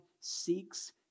seeks